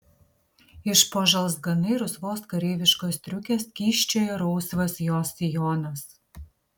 iš po žalzganai rusvos kareiviškos striukės kyščiojo rausvas jos sijonas